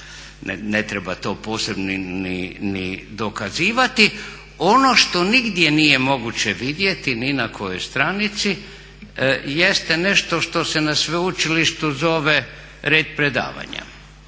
ne treba to posebno dokazivati. Ono što nigdje nije moguće vidjeti ni na kojoj stranici jeste nešto što se na sveučilištu zove red predavanja,